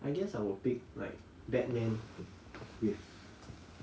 I guess I will be pick like batman yes